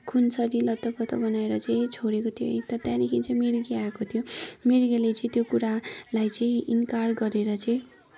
खुनसरी लतपत बनाएर चाहिँ छोडेको थियो है त्यहाँदेखि चाहिँ मिर्गे आएको थियो मिर्गेले चाहिँ त्यो कुरालाई चाहिँ इन्कार गरेर चाहिँ